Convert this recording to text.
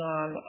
on